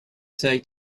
say